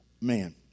man